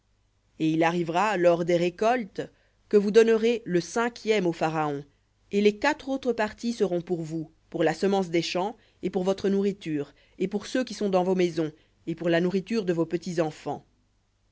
et il arrivera lors des récoltes que vous donnerez le cinquième au pharaon et les quatre parties seront pour vous pour la semence des champs et pour votre nourriture et pour ceux qui sont dans vos maisons et pour la nourriture de vos